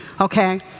okay